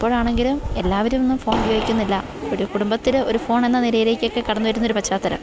അപ്പോഴാണെങ്കിലും എല്ലാവരുമൊന്നും ഫോൺ ഉപയോഗിക്കുന്നില്ല ഒരു കുടുംബത്തില് ഒരു ഫോൺ എന്ന നിലയിലേക്കൊക്കെ കടന്നുവരുന്ന ഒരു പശ്ചാത്തലം